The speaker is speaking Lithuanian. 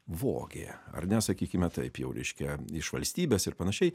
vogė ar ne sakykime taip jau reiškia iš valstybės ir panašiai